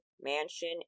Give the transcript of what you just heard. Mansion